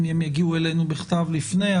אם הם יגיעו אלינו בכתב לפני,